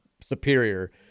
superior